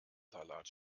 salat